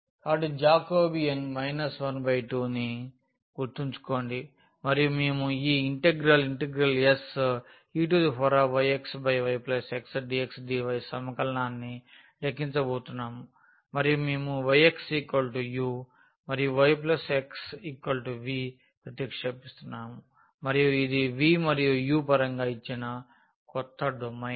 కాబట్టి జాకోబీయన్ 12ని గుర్తుంచుకోండి మరియు మేము ఈ Seyxy xdx dy సమకలనాన్ని లెక్కించబోతున్నాము మరియు మేము yx uమరియు y x v ప్రతిక్షేపిస్తున్నాము మరియు ఇది v మరియు u పరంగా ఇచ్చిన క్రొత్త డొమైన్